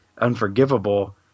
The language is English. Unforgivable